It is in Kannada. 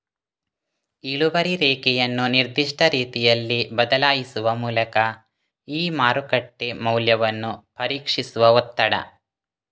ಇಳುವರಿ ರೇಖೆಯನ್ನು ನಿರ್ದಿಷ್ಟ ರೀತಿಯಲ್ಲಿ ಬದಲಾಯಿಸುವ ಮೂಲಕ ಈ ಮಾರುಕಟ್ಟೆ ಮೌಲ್ಯವನ್ನು ಪರೀಕ್ಷಿಸುವ ಒತ್ತಡ